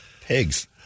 Pigs